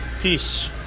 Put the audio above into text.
Peace